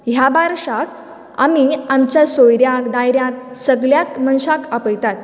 ह्या बारश्यांक आमी आमच्या सोयऱ्यांक धायऱ्यांक सगळ्यांक मनशांक आपयतात